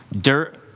dirt